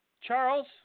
Charles